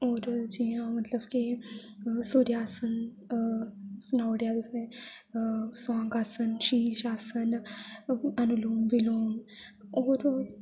होर जि'यां मतलब की सूर्या आसन सनाऊ ओड़ेआ तुसें गी सुआंग आसन शीश आसन अनुलोम विलोम होर